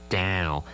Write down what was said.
down